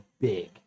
big